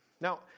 Now